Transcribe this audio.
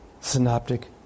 synoptic